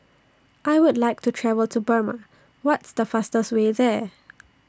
I Would like to travel to Burma What's The fastest Way There